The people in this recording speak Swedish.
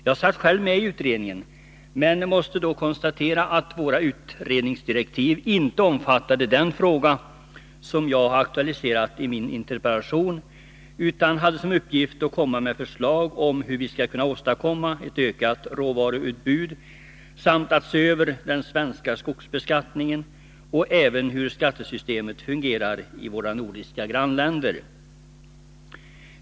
Jag satt själv med i utredningen, men jag måste konstatera att våra utredningsdirektiv inte omfattade den fråga som jag aktualiserat i min interpellation, utan utredningen hade som uppgift att komma med förslag om hur vi skall kunna åstadkomma ett ökat råvaruutbud samt att se över den svenska skogsbeskattningen och även hur skattesystemet fungerar i våra nordiska grannländer.